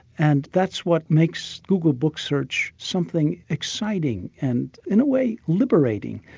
and that's what makes google book search something exciting and in a way liberating.